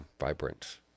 vibrant